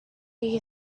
you